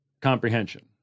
comprehension